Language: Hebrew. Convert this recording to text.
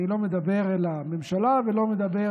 אני לא מדבר אל הממשלה ולא מדבר